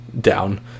down